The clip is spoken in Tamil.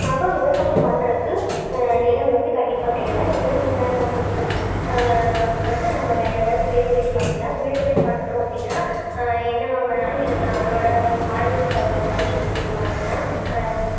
அப்போ விவசாயம் பண்ணுறக்கு நிலம் வந்து கண்டிப்பாக தேவை நிலம் இல்லாதவங்களுக்கு வந்து நம்ம வேறு எதாவது சுயதொழில் பண்ணிக்கலாம் சுயதொழில் பண்ணனும் அப்படின்னா என்னவாவேணாலும் இருக்கலாம் நம்மளோட ஆர்வத்துக்குத் தகுந்தமாதிரி சுயதொழில் பண்ணிக்கலாம்